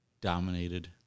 dominated